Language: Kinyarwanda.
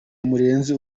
murenzi